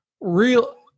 real